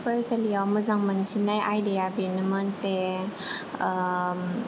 फरायसालियाव मोजां मोनसिननाय आयदाया बेनोमोन जे ओ